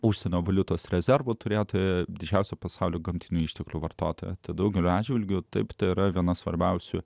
užsienio valiutos rezervų turėtojo didžiausia pasaulio gamtinių išteklių vartotojų tad daugeliu atžvilgių tai tėra viena svarbiausių